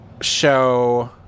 show